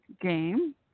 game